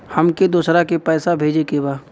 हमके दोसरा के पैसा भेजे के बा?